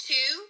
Two